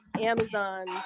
Amazon